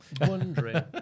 wondering